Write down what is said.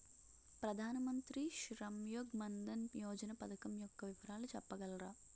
ప్రధాన మంత్రి శ్రమ్ యోగి మన్ధన్ యోజన పథకం యెక్క వివరాలు చెప్పగలరా?